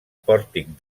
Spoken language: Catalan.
pòrtic